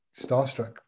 starstruck